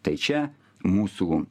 tai čia mūsų